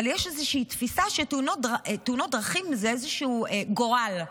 אבל יש איזושהי תפיסה שתאונות דרכים זה איזשהו גורל.